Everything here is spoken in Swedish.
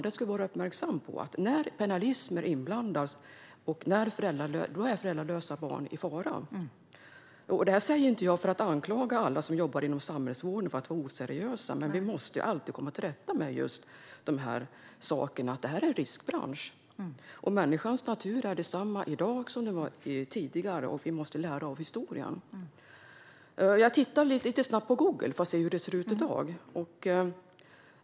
Man ska vara uppmärksam på att när pennalism är inblandad är föräldralösa barn i fara. Det säger inte jag för att anklaga alla som jobbar inom samhällsvården för att vara oseriösa. Men vi måste alltid komma till rätta med de sakerna. Det är en riskbransch. Människans natur är densamma i dag som den var tidigare, och vi måste lära av historien. Jag tittade lite snabbt på Google för att se hur det ser ut i dag.